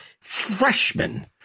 freshman